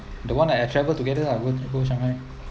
the one I travel together ah go go shanghai